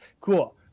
cool